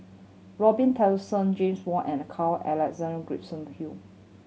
Robin Tessensohn James Wong and Carl Alexander Gibson Hill